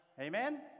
Amen